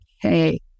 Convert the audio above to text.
hey